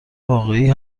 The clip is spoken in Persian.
واقعی